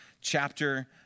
chapter